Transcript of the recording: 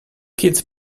kids